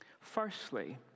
Firstly